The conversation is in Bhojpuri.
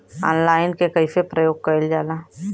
ऑनलाइन के कइसे प्रयोग कइल जाला?